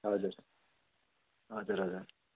हजुर हजुर हजुर हजुर